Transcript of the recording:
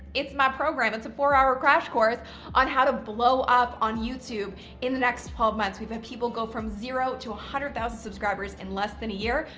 it's my program. it's a four-hour crash course on how to blow up on youtube in the next twelve months. we've had people go from zero to one ah hundred thousand subscribers in less than a year,